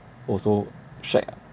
oh so shag ah